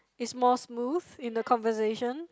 is more smooth in the conversation